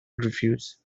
refuse